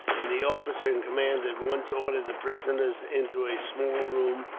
and the officer in command at once ordered the prisoners into a small room,